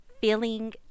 feeling